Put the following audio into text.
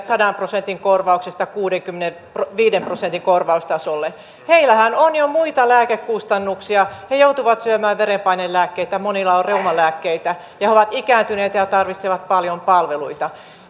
sadan prosentin korvauksesta kuudenkymmenenviiden prosentin korvaustasolle heillähän on jo muita lääkekustannuksia he joutuvat syömään verenpainelääkkeitä monilla on reumalääkkeitä ja he ovat ikääntyneitä ja tarvitsevat paljon palveluita